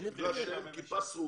זה שהם עם כיפה סרוגה?